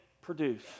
produce